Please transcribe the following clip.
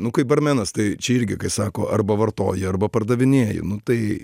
nu kaip barmenas tai čia irgi kai sako arba vartoji arba pardavinėji nu tai